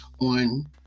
on